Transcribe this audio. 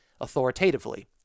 authoritatively